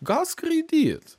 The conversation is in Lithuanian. gal skraidyt